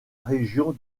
région